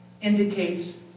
indicates